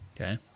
Okay